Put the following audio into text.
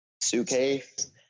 suitcase